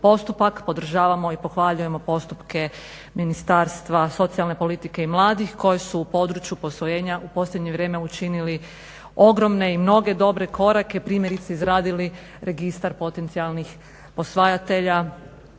postupak, podržavamo i pohvaljujemo postupke Ministarstva socijalne politike i mladih koje su u području posvojenja u posljednje vrijeme učinili ogromne i mnoge dobre korake primjerice izradili registar potencijalnih posvajatelja,